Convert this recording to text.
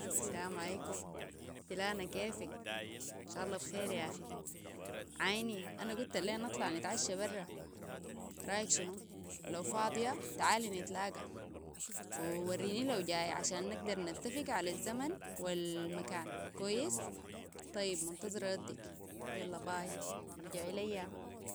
السلام عليكم فلانا كيفك؟ ان شاء الله بخير يا اخي عايني انا قلت لنا نطلع نتعش برا رأيك شنو؟ لو فاضية تعالي نتلاقى ووريني لو جايه عشان نقدر نتفق على الزمن والمكان كويس؟ طيب منتظره ردك يلا باي ارجع الي